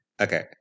okay